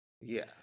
Yes